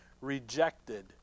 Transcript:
rejected